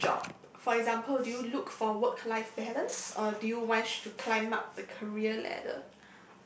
in a job for example do you look for work life balance or do you want to climb up the career ladder